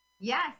Yes